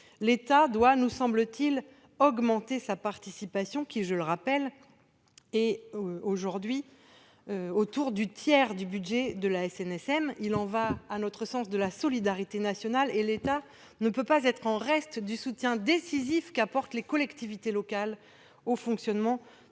l'État doit augmenter sa participation, laquelle, je le rappelle, couvre aujourd'hui autour du tiers du budget de la SNSM. Il y va, à notre sens, de la solidarité nationale : l'État ne peut pas être à la traîne du soutien décisif qu'apportent les collectivités locales au fonctionnement